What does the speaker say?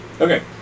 Okay